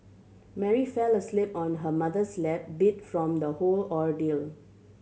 Mary fell asleep on her mother's lap beat from the whole ordeal